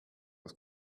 was